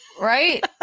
Right